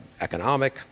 economic